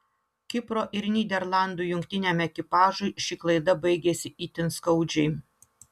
kipro ir nyderlandų jungtiniam ekipažui ši klaida baigėsi itin skaudžiai